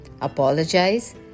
Apologize